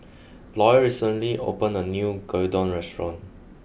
lawyer recently opened a new Gyudon restaurant